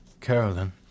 Carolyn